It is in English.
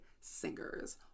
Singers